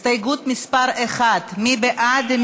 הסתייגות מס' 1, מי בעד?